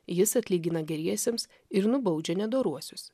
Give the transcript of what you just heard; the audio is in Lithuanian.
jis atlygina geriesiems ir nubaudžia nedoruosius